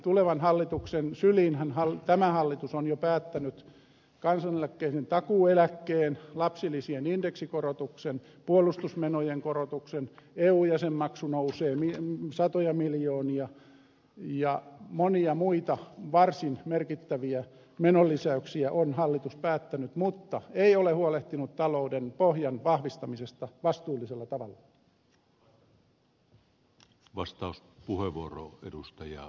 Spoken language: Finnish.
tulevan hallituksen syliinhän tämä hallitus on jo päättänyt kansaneläkkeiden takuueläkkeen lapsilisien indeksikorotuksen puolustusmenojen korotuksen eu jäsenmaksu nousee satoja miljoonia ja monia muita varsin merkittäviä menolisäyksiä on hallitus päättänyt mutta ei ole huolehtinut talouden pohjan vahvistamisesta vastuullisella tavalla